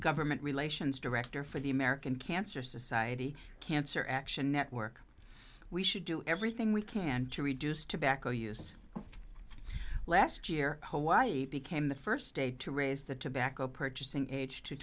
government relations director for the american cancer society cancer action network we should do everything we can to reduce tobacco use last year whole y e became the first state to raise the tobacco purchasing age to